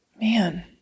Man